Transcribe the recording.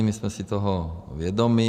My jsme si toho vědomi.